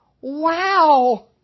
Wow